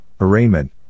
arraignment